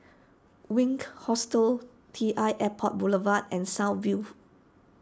Wink Hostel T l Airport Boulevard and South View